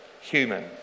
human